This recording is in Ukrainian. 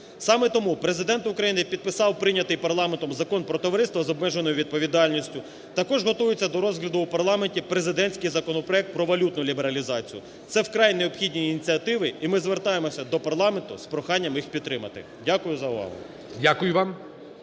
Саме тому Президент України підписав прийнятий парламентом Закон про товариство з обмеженою відповідальністю, також готується до розгляду у парламенті президентський законопроект про валютну лібералізацію. Це вкрай необхідні ініціативи і ми звертаємося до парламенту з проханням їх підтримати. Дякую за увагу.